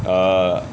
err